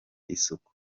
isuku